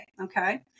Okay